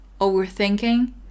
Overthinking